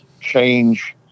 change